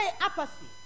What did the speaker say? apathy